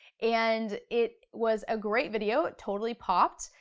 and it was a great video, it totally popped.